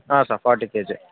ಹಾಂ sir forty K G